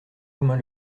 romain